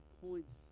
points